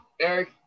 eric